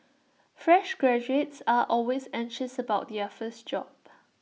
fresh graduates are always anxious about their first job